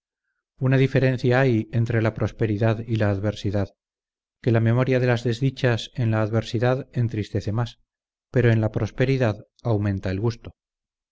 una diferencia hay entre la prosperidad y la adversidad que la memoria de las desdichas en la adversidad entristece mas pero en la prosperidad aumenta el gusto